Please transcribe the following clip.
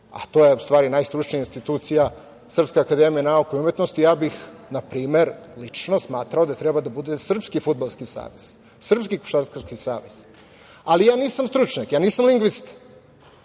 a to je u stvari najstručnija institucija, Srpska akademija nauke i umetnosti, ja, na primer, lično smatram da treba da bude srpski fudbalski savez, srpski košarkaški savez, ali, ja nisam stručnjak, nisam lingvista,